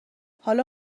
حالا